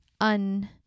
un